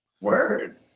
Word